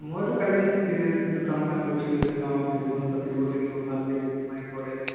মইতো কালি মোক তিনিআলিত দুটা মানে কৈছিলে যে গাঁৱৰ বিহুখন পাতিব লাগিব ভালকৈ বিহু মাৰিব লাগিব